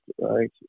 right